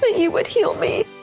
but you would heal me.